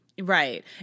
Right